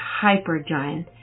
hypergiant